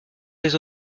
des